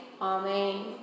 Amen